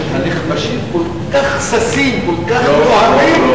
שכל כך ששים כל כך מולהבים,